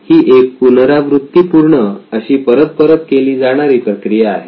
ही एक पुनरावृत्तीपुर्ण अशी परत परत केली जाणारी प्रक्रिया आहे